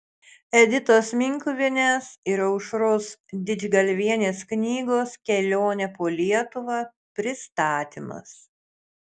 editos minkuvienės ir aušros didžgalvienės knygos kelionė po lietuvą pristatymas